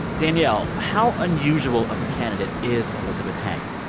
danielle, how unusual of a candidate is elizabeth heng?